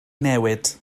newid